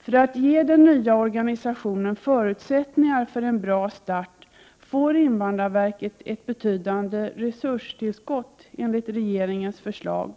För att ge den nya organisationen förutsättningar för en bra start får invandrarverket ett betydande resurstillskott enligt regeringens förslag.